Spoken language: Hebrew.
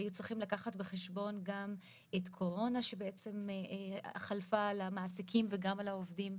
היו צריכים לקחת בחשבון את הקורונה שחלפה על המעסיקים וגם על העובדים,